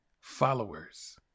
followers